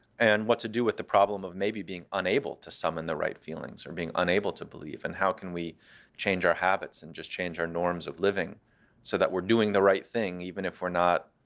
and what to do with the problem of maybe being unable to summon the right feelings or being unable to believe, and how can we change our habits and just change our norms of living so that we're doing the right thing, even if we're not